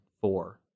four